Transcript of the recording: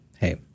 Hey